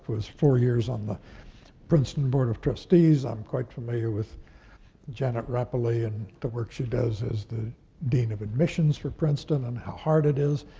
was four years on the princeton board of trustees. i'm quite familiar with janet rapelye and the work she does as the dean of admissions for princeton and how hard it is.